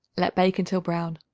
let bake until brown.